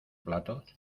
platos